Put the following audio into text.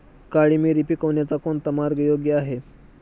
काळी मिरी पिकवण्याचा कोणता मार्ग योग्य आहे?